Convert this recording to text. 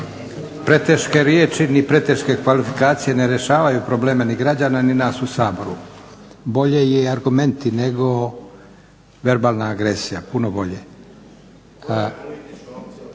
Preteške riječi, ni preteške kvalifikacije ne rješavaju probleme ni građana ni nas u Saboru. Bolje je argumenti, nego verbalna agresija. Puno bolje.